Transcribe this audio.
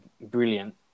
brilliant